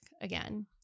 again